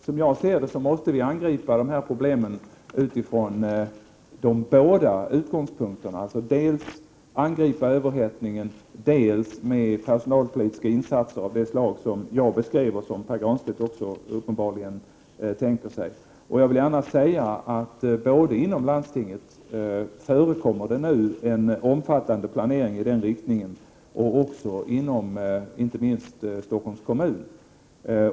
Som jag ser det måste vi angripa problemen utifrån de båda utgångspunkterna, nämligen dels angripa överhettningen, dels vidta personalpolitiska insatser av det slag som jag har beskrivit och som uppenbarligen även Pär Granstedt har tänkt sig. Såväl inom landstinget som i Stockholms kommun förekommer det nu en omfattande planering i den riktningen.